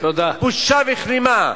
בושה וכלימה,